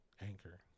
Anchor